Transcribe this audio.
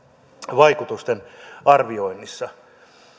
vaikutusten arvioinnissa